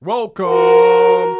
Welcome